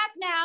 now